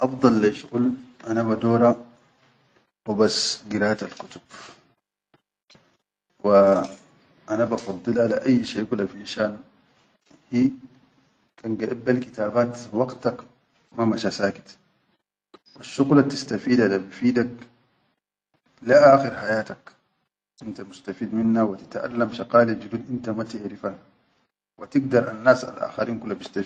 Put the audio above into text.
afdal lai shuqul ana badora hubas girat al kutab wa an bafaddila le ayyi shai kula finshan hi, kan gaʼad bel kitabaat waqatak ma masha sakit, wasshuqul attistafida da bifidak ya aakhir hayatak, inta mistafid minnna, wa titaʼallam shaqali judud inta ma tiʼarifan wa tigdar annas